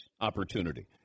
opportunity